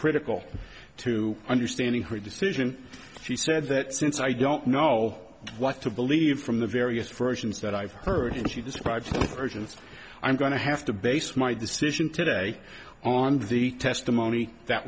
critical to understanding her decision she said that since i don't know what to believe from the various versions that i've heard she described urgency i'm going to have to base my decision today on the testimony that